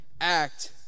act